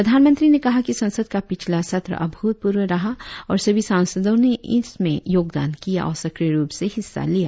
प्रधानमंत्री ने कहा कि संसद का पिछला सत्र अभूतपूर्व रहा और सभी सांसदों ने इसमें योगदान किया और सक्रिय रुप से हिस्सा लिया